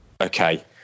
Okay